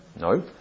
No